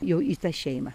jau į tą šeimą